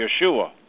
Yeshua